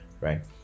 right